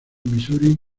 misuri